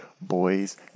boys